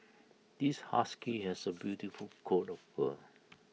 this husky has A beautiful coat of fur